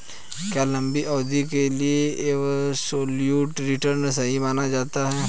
क्या लंबी अवधि के लिए एबसोल्यूट रिटर्न सही माना जाता है?